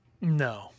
No